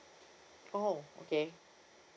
oh okay